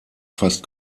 fast